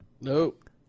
nope